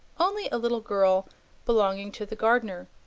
only a little girl belonging to the gardener,